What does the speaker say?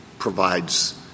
provides